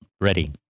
Ready